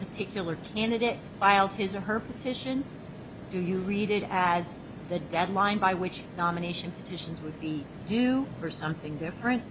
particular and it files his or her petition do you read it as the deadline by which nomination decisions would be due for something different